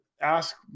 ask